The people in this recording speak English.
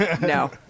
No